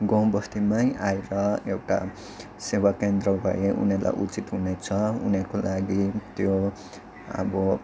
गाउँ बस्तीमै आएर एउटा सेवाकेन्द्र भए उनीहरूलाई उचित हुनेछ उनीहरूको लागि त्यो अब